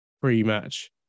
pre-match